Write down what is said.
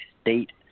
state